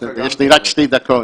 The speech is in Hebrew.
יש לי רק שתי דקות.